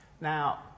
Now